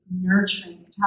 nurturing